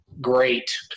great